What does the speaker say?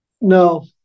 No